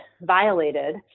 violated